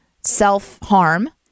self-harm